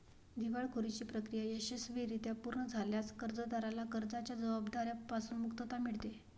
दिवाळखोरीची प्रक्रिया यशस्वीरित्या पूर्ण झाल्यास कर्जदाराला कर्जाच्या जबाबदार्या पासून मुक्तता मिळते